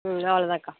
ம் அவ்வளோ தாங்க்கா